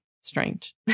strange